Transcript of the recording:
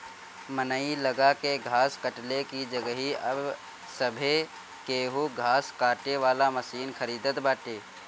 मनई लगा के घास कटले की जगही अब सभे केहू घास काटे वाला मशीन खरीदत बाटे